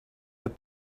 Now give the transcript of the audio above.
but